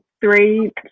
three